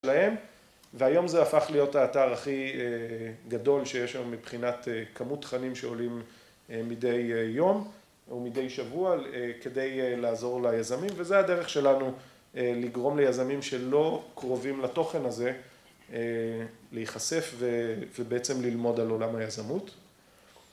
להם, והיום זה הפך להיות האתר הכי גדול שיש היום מבחינת כמות תכנים שעולים מדי יום או מדי שבוע כדי לעזור ליזמים וזה הדרך שלנו לגרום ליזמים שלא קרובים לתוכן הזה להיחשף ובעצם ללמוד על עולם היזמות.